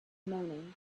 moaning